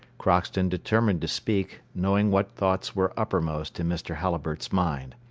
crockston determined to speak, knowing what thoughts were uppermost in mr. halliburtt's mind.